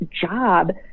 job